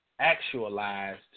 actualized